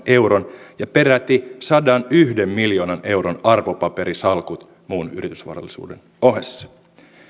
euron ja peräti sadanyhden miljoonan euron arvopaperisalkut muun yritysvarallisuuden ohessa